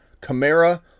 Camara